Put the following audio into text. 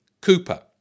Cooper